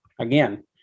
again